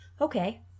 Okay